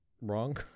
Wrong